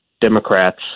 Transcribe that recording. Democrats